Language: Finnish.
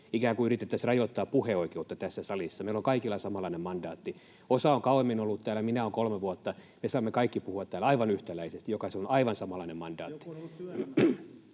Ikään kuin yritettäisiin rajoittaa puheoikeutta tässä salissa. Meillä on kaikilla samanlainen mandaatti. Osa on kauemmin ollut täällä, minä olen kolme vuotta, ja me saamme kaikki puhua täällä aivan yhtäläisesti. Jokaisella on aivan samanlainen mandaatti.